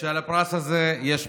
שעל הפרס הזה יש מס.